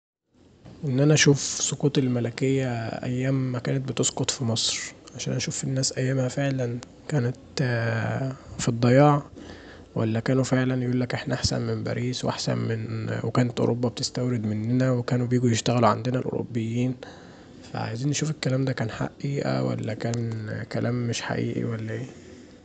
ان انا اشوف سقوط الملكيه ايام ما كانت بتسقط في مصر عشان اشوف الناس ايامها فعلا كانت في الضياع ولا كانوا فعلا يقولك احنا احسن من باريس وكانت اوروبا بتستورد مننا وكانوا بيجوا يشتغلوا عندنا الاوروبيين فعايزين نشوف الكلام دا كان حقيقه ولا مش حقيقي ولا ايه.